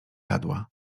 jadła